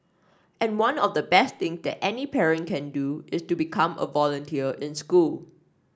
and one of the best thing that any parent can do is to become a volunteer in school